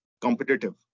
competitive